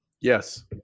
Yes